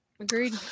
agreed